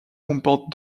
comporte